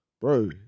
bro